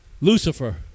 Lucifer